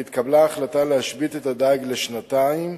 והתקבלה החלטה להשבית את הדייג לשנתיים,